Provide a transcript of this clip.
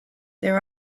there